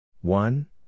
One